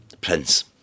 Prince